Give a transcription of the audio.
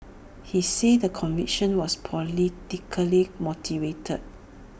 he said the conviction was politically motivated